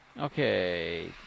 Okay